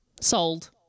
sold